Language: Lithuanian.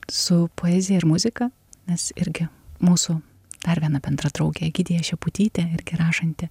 su poezija ir muzika nes irgi mūsų dar viena bendra draugė egidija šeputytė irgi rašanti